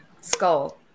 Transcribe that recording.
skull